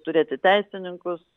turėti teisininkus